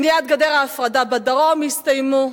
בניית גדר ההפרדה בדרום, הסתיימו?